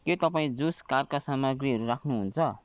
के तपाईँ जुस कारका सामग्रीहरू राख्नुहुन्छ